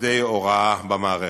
עובדי הוראה במערכת.